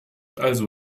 also